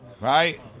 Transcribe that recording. right